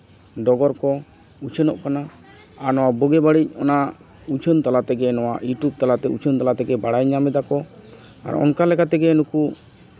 ᱰᱚᱜᱚᱨ ᱠᱚ ᱩᱪᱷᱟᱹᱱᱚᱜ ᱠᱟᱱᱟ ᱟᱨ ᱱᱚᱣᱟ ᱵᱩᱜᱤ ᱵᱟᱹᱲᱤᱡ ᱚᱱᱟ ᱩᱪᱷᱟᱹᱱ ᱛᱟᱞᱟ ᱛᱮᱜᱮ ᱱᱚᱣᱟ ᱤᱭᱩᱴᱩᱵᱽ ᱛᱟᱞᱟ ᱛᱮᱜᱮ ᱩᱪᱷᱟᱹᱱ ᱛᱟᱞᱟ ᱛᱮᱜᱮ ᱵᱟᱲᱟᱭ ᱧᱟᱢ ᱫᱟᱠᱚ ᱟᱨ ᱚᱱᱠᱟ ᱞᱮᱠᱟ ᱛᱮᱜᱮ ᱱᱩᱠᱩ